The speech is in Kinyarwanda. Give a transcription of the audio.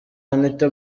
anita